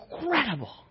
incredible